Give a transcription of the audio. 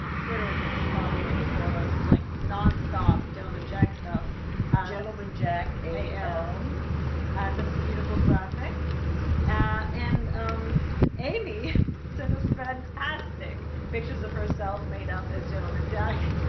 twitter account. follow it for like non-stop gentleman jack stuff gentlemen, jack al um i said, it's a beautiful graphic and um amy sent us fantastic pictures of herself made up as gentleman jack